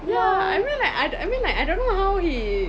yeah I mean like I I mean like I don't know how he